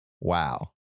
Wow